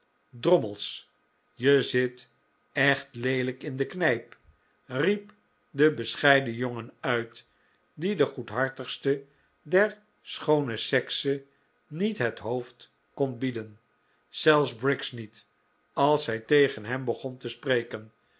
drommels je zit echt leelijk in de knijp riep de bescheiden jongen uit die de goedhartigste der schoone sekse niet het hoofd kon bieden zelfs briggs niet als zij tegen hem begon te spreken